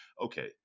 Okay